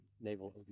naval